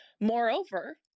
moreover